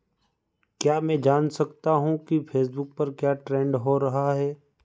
क्या मैं जान सकता हूँ कि फेसबुक पर क्या ट्रेंड हो रहा है